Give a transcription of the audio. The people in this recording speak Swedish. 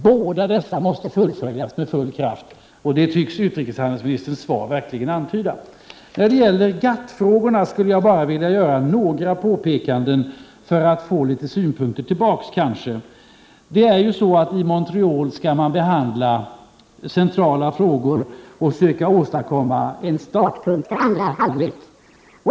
Båda dessa linjer måste följas helt och fullt, och det tycks utrikeshandelsministerns svar verkligen antyda. När det gäller GATT-frågorna skulle jag bara vilja göra några påpekanden för att kanske få litet synpunkter tillbaka. I Montreal skall man behandla centrala frågor och försöka åstadkomma en startpunkt för andra halvlek.